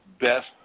best